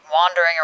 wandering